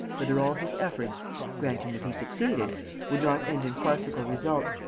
whether all his efforts granting that he succeeded would not end in farcical results,